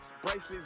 Bracelets